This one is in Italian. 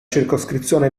circoscrizione